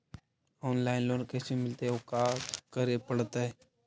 Online loan कैसे मिलतै औ का करे पड़तै?